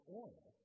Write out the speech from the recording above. oil